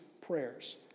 prayers